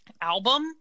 album